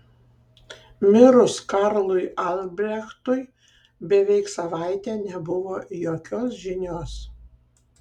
mirus karlui albrechtui beveik savaitę nebuvo jokios žinios